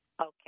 Okay